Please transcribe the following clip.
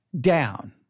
down